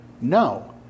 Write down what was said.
No